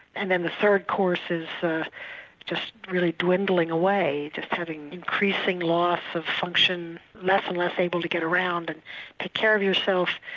and then the third course is just really dwindling away, just having increasing loss of function, less and less able to get around and take care of yourself,